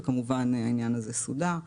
וכמובן העניין הזה סודר.